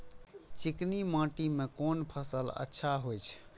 चिकनी माटी में कोन फसल अच्छा होय छे?